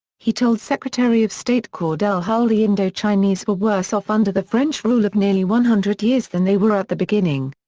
he told secretary of state cordell hull the indochinese were worse off under the french rule of nearly one hundred years than they were at the beginning.